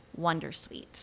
wondersuite